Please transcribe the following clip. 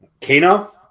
Kano